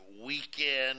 weekend